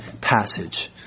passage